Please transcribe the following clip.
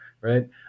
Right